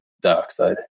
dioxide